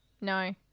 No